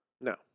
no